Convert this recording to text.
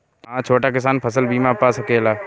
हा छोटा किसान फसल बीमा पा सकेला?